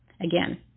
again